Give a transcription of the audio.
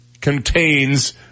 contains